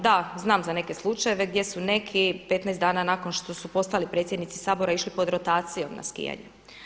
Da, znam za neke slučajeve gdje su neki 15 dana nakon što su postali predsjednici Sabora išli pod rotacijom na skijanje.